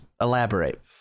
elaborate